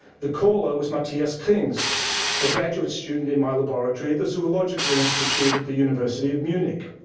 the caller was matthias krings, a graduate student in my laboratory at the zoological institute at the university of munich.